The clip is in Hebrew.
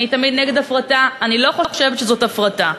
אני תמיד נגד הפרטה, אני לא חושבת שזאת הפרטה.